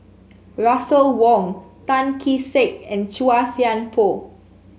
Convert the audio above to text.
Russel Wong Tan Kee Sek and Chua Thian Poh